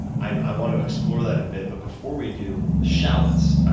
i want to explore that a bit, but before we do, shallots.